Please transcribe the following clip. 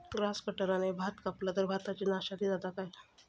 Grass कटराने भात कपला तर भाताची नाशादी जाता काय?